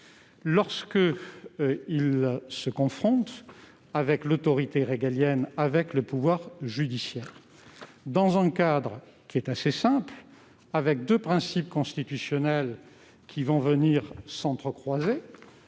lorsqu'il se confronte avec l'autorité régalienne, avec le pouvoir judiciaire, dans un cadre assez simple où deux principes constitutionnels s'entrecroisent.